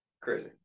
Crazy